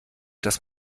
dass